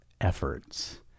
efforts